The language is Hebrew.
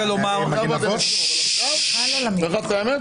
בחלוקה לפי מה שהם חולים ומי שהם חייבים בבידוד אחרים,